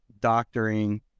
Doctoring